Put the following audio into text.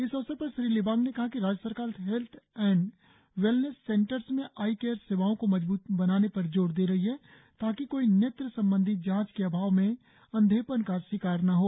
इस अवसर पर श्री लिबांग ने कहा कि राज्य सरकार हेल्थ एण्ड वेलनेस सेंटर्स में आई केयर सेवाओं को मजबूत बनाने पर जोर दे रही है ताकि कोई नेत्र संबंधी जांच के अभाव में अंधेपन का शिकार न हो